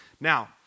Now